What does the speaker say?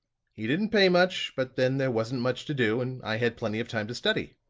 he didn't pay much, but then there wasn't much to do, and i had plenty of time to study.